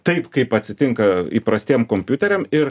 taip kaip atsitinka įprastiem kompiuteriam ir